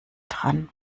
dran